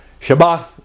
Shabbat